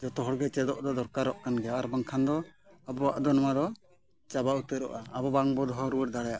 ᱡᱚᱛᱚ ᱦᱚᱲ ᱜᱮ ᱪᱮᱫᱚᱜ ᱫᱚ ᱫᱚᱨᱠᱟᱨᱚᱜ ᱠᱟᱱ ᱜᱮᱭᱟ ᱟᱨ ᱵᱟᱝᱠᱷᱟᱱ ᱫᱚ ᱟᱵᱚᱣᱟᱜ ᱫᱚ ᱱᱚᱣᱟ ᱫᱚ ᱪᱟᱵᱟ ᱩᱛᱟᱹᱨᱚᱜᱼᱟ ᱟᱵᱚ ᱵᱟᱝ ᱵᱚᱱ ᱫᱚᱦᱚ ᱨᱩᱣᱟᱹᱲ ᱫᱟᱲᱮᱭᱟᱜᱼᱟ